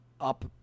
up